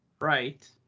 Right